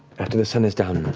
after the sun is down,